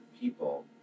people